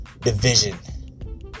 division